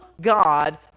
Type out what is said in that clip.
God